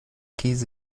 keys